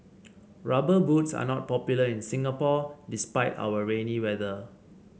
rubber boots are not popular in Singapore despite our rainy weather